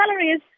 salaries